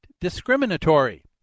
Discriminatory